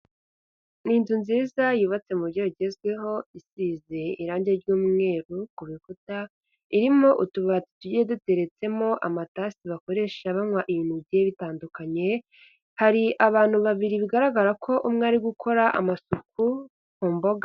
Ni inzu nziza yubatse mu buryo bugezweho, isize irangi ry'umweru ku bikuta, irimo utubati tugiye duteretsemo amatase bakoresha banywa ibintu bigiye bitandukanye, hari abantu babiri bigaragara ko umwe ari gukora amasuku mu mboga.